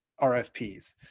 RFPs